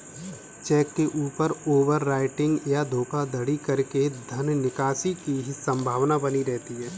check के ऊपर over writing या धोखाधड़ी करके धन निकासी की संभावना बनी रहती है